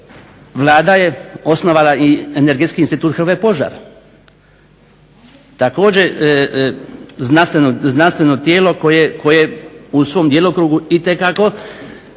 Vlada je osnovala i Energetski institut "Hrvoje Požar". Također znanstveno tijelo koje u svom djelokrugu itekako